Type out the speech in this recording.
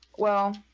well